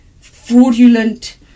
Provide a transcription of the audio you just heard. fraudulent